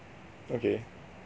okay